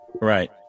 right